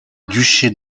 duché